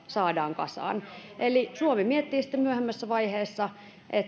saadaan kasaan eli suomi miettii sitten myöhemmässä vaiheessa